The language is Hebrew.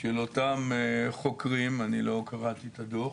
של אותם חוקרים, לא קראתי את הדוח,